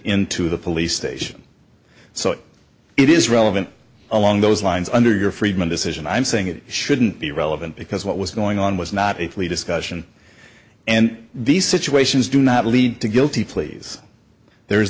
into the police station so it is relevant along those lines under your freedmen decision i'm saying it shouldn't be relevant because what was going on was not a fully discussion and these situations do not lead to guilty pleas there